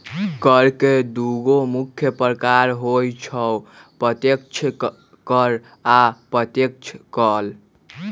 कर के दुगो मुख्य प्रकार होइ छै अप्रत्यक्ष कर आ अप्रत्यक्ष कर